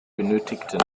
benötigten